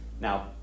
Now